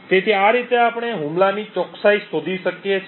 તેથી આ રીતે આપણે હુમલાની ચોકસાઈ શોધી શકીએ છીએ